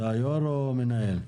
אתה יו"ר או מנהל?